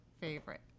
favorite